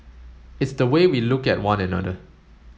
it's the way we look at one another